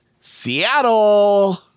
Seattle